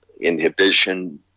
inhibition